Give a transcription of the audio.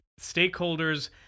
stakeholders